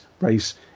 race